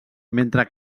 mentre